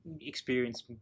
experience